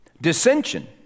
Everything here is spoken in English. Dissension